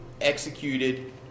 executed